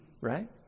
right